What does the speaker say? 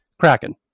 Kraken